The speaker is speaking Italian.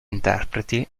interpreti